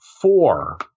four